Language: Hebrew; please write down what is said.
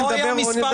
אני מדבר עובדות.